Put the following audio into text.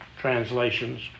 translations